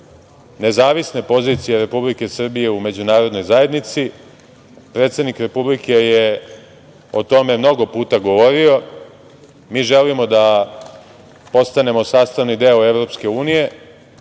nezavisne pozicije Republike Srbije u međunarodnoj zajednici. Predsednik Republike je o tome mnogo puta govorio. Mi želimo da postanemo sastavni deo Evropske unije